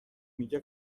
میگه